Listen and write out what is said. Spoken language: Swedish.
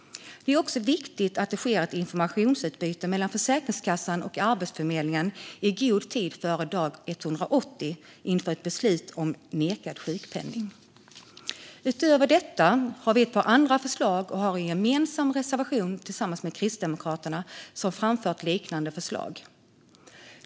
Det är också viktigt att det sker ett informationsutbyte mellan Försäkringskassan och arbetsgivaren i god tid före dag 180 inför ett beslut om nekad sjukpenning. Utöver detta hade vi ett par andra förslag och har en gemensam reservation tillsammans med Kristdemokraterna som har framfört liknande förslag.